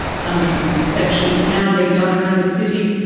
hundreds of inspections are now being done around the city,